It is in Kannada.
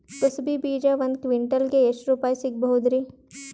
ಕುಸಬಿ ಬೀಜ ಒಂದ್ ಕ್ವಿಂಟಾಲ್ ಗೆ ಎಷ್ಟುರುಪಾಯಿ ಸಿಗಬಹುದುರೀ?